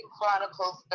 Chronicles